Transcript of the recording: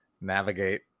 navigate